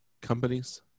companies